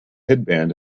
headband